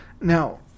Now